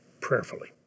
prayerfully